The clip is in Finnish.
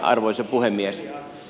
arvoisa puhemies